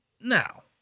Now